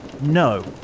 No